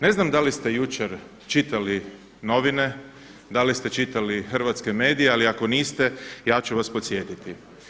Ne znam da li ste jučer čitali novine, da li ste čitali hrvatske medije, ali ako niste ja ću vas podsjetiti.